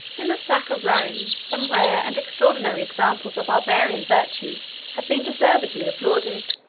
in the sack of rome, some rare and extraordinary examples of barbarian virtue have been deservedly applauded.